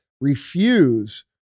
refuse